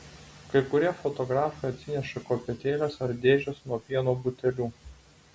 kai kurie fotografai atsineša kopėtėles ar dėžes nuo pieno butelių